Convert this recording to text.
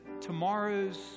tomorrows